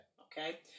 okay